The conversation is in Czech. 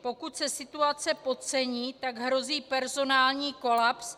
Pokud se situace podcení, tak hrozí personální kolaps.